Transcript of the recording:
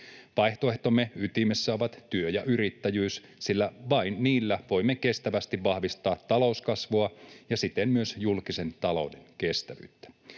Vaihtoehtomme ytimessä ovat työ ja yrittäjyys, sillä vain niillä voimme kestävästi vahvistaa talouskasvua ja siten myös julkisen talouden kestävyyttä.